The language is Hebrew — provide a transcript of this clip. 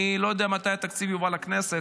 אני לא יודע מתי התקציב יובא לכנסת,